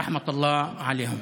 רחמת אללה עליהם.